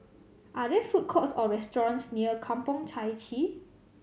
are there food courts or restaurants near Kampong Chai Chee